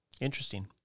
interesting